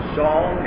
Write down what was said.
song